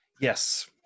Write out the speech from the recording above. Yes